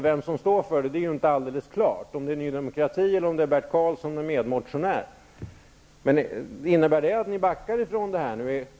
Vem som står för förslaget är ju inte alldeles klart, om det är Ny demokrati eller Bert Karlsson med medmotionär. Innebär detta att ni backar från förslaget?